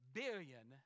billion